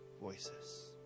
voices